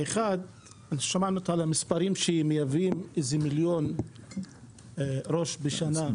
האחד שמענו אותה על המספרים שמייבאים איזה 1- מיליון ראש בשנה,